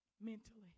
mentally